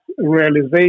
realization